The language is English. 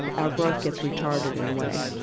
and our growth gets retarded in a way.